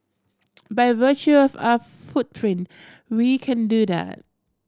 by virtue of our footprint we can do that